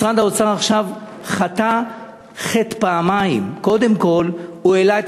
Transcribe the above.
משרד האוצר עכשיו חטא פעמיים: קודם כול הוא העלה את